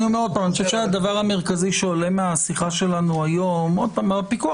אני חושב שהדבר המרכזי שעולה מהשיחה שלנו היום בפיקוח